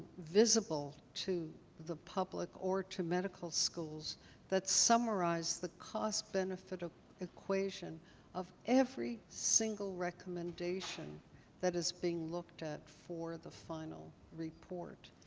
visible to the public or to medical schools that summarize the cost-benefit ah equation of every single recommendation that is being looked at for the final report.